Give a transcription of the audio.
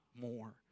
more